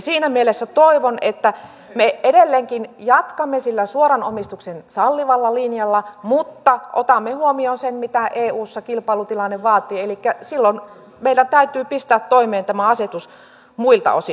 siinä mielessä toivon että me edelleenkin jatkamme sillä suoran omistuksen sallivalla linjalla mutta otamme huomioon sen mitä eussa kilpailutilanne vaatii elikkä silloin meidän täytyy pistää toimeen tämä asetus muilta osin